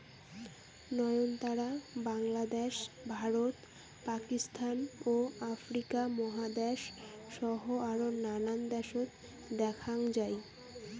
নয়নতারা বাংলাদ্যাশ, ভারত, পাকিস্তান ও আফ্রিকা মহাদ্যাশ সহ আরও নানান দ্যাশত দ্যাখ্যাং যাই